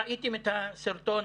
ראיתם את הסרטון